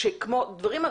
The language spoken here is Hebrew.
זה שכמו דברים..